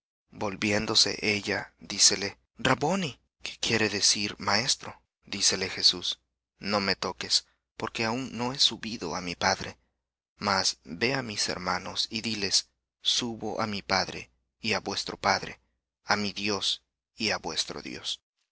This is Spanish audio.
volviéndose ella dícele rabboni que quiere decir maestro dícele jesús no me toques porque aun no he subido á mi padre mas ve á mis hermanos y diles subo á mi padre y á vuestro padre á mi dios y á vuestro dios